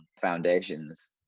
foundations